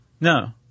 No